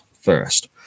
first